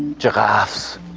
giraffes,